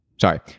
sorry